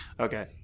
Okay